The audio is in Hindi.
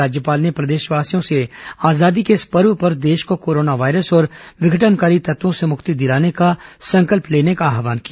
राज्यपाल ने प्रदेशवासियों से आजादी के इस पर्व पर देश को कोरोना वायरस और विघटनकारी तत्वों से मुक्ति दिलाने का संकल्प लेने का आव्हान किया